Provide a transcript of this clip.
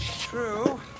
True